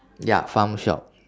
ya farm shop